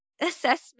assessment